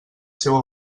seua